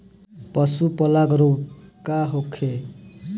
पशु प्लग रोग का होखे?